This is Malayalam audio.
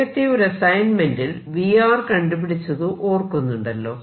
നേരത്തെ ഒരു അസ്സൈൻമെന്റിൽ V കണ്ടുപിടിച്ചത് ഓർക്കുന്നുണ്ടല്ലോ